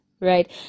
right